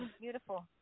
beautiful